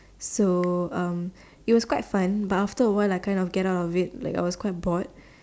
so um it was quite fun but after a while I kind of get out if like I was quite bored